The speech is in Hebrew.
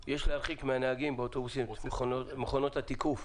יש להרחיק מהנהגים באוטובוסים את מכונות התיקוף,